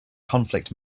conflict